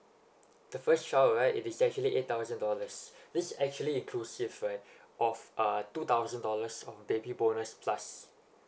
the first child right it is actually eight thousand dollars this actually inclusive right of uh two thousand dollars from baby bonus plus